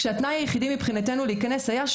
שהתנאי היחידי מבחינתנו להיכנס היה,